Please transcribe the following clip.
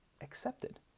accepted